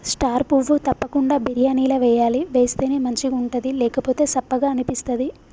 star పువ్వు తప్పకుండ బిర్యానీల వేయాలి వేస్తేనే మంచిగుంటది లేకపోతె సప్పగ అనిపిస్తది